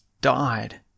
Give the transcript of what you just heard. died